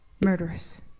murderous